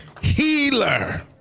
Healer